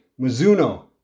Mizuno